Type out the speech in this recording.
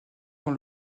dans